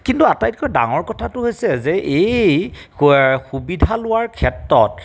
কিন্তু আটাইটকৈ ডাঙৰ কথাটো হৈছে যে এই সুবিধা লোৱাৰ ক্ষেত্ৰত